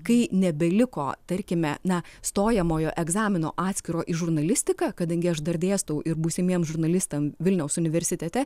kai nebeliko tarkime na stojamojo egzamino atskiro į žurnalistiką kadangi aš dar dėstau ir būsimiem žurnalistam vilniaus universitete